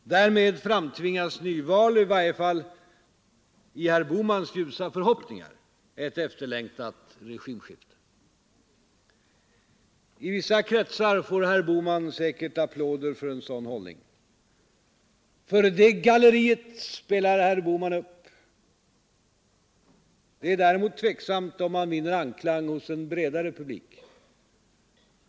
Därmed framtvingas nyval och i varje fall i herr Bohmans ljusa förhoppningar ett efterlängtat regimskifte. I vissa kretsar får herr Bohman säkert applåder för en sådan hållning. För det galleriet spelar herr Bohman upp. Det är däremot tveksamt om han vinner anklang hos en bredare publik.